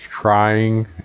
trying